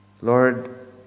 Lord